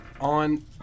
on